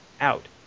out